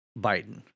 Biden